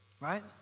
Right